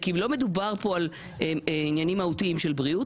כי לא מדובר כאן בעניינים מהותיים של בריאות,